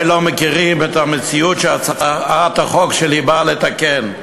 לא מכירים את המציאות שהצעת החוק שלי באה לתקן,